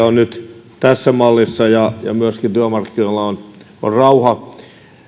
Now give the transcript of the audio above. on nyt tässä mallissa ja myöskin työmarkkinoilla on on rauha